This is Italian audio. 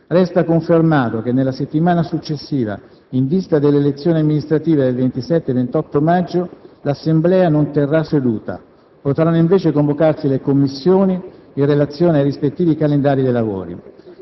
Resta confermato che nella settimana successiva, in vista delle elezioni amministrative del 27 e 28 maggio, l'Assemblea non terrà seduta. Potranno invece convocarsi le Commissioni in relazione ai rispettivi calendari dei lavori.